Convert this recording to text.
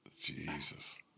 Jesus